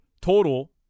total